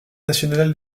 national